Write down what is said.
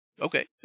Okay